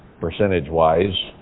percentage-wise